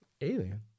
alien